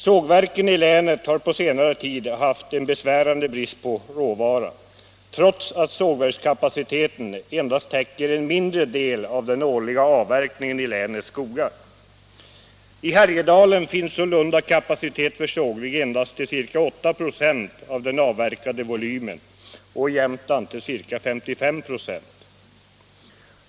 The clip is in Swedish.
Sågverken i länet har på senare tid haft en besvärande brist på råvara, trots att sågverkskapaciteten endast täcker en mindre del av den årliga avverkningen i länets skogar. I Härjedalen finns sålunda kapacitet för sågning endast till ca 8 926 av den avverkade volymen och i Jämtland till ca 55 96.